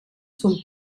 zum